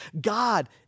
God